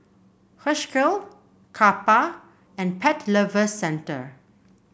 Herschel Kappa and Pet Lovers Centre